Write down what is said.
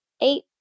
eight